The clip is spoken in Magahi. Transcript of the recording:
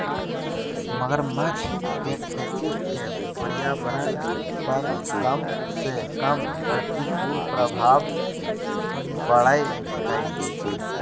मगरमच्छ के खेती के पर्यावरण पर कम से कम प्रतिकूल प्रभाव पड़य हइ